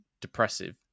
depressive